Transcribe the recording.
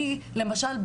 אני למשל,